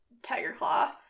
Tigerclaw